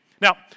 Now